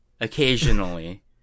occasionally